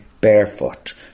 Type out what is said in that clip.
barefoot